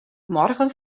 morgen